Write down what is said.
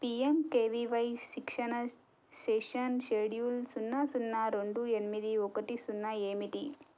PMKVY శిక్షణ session schedule సున్నా సున్నా రెండు ఎనిమిది ఒకటి సున్నా ఏమిటి